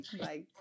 Bye